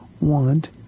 want